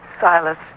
Silas